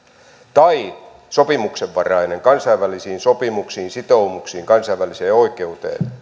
tai sopimuksenvarainen kansainvälisiin sopimuksiin sitoumuksiin kansainväliseen oikeuteen